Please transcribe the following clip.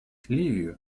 ливию